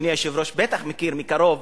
אדוני היושב-ראש, בטח מכיר מקרוב